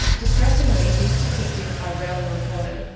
distressingly, these statistics are rarely reported,